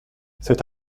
cet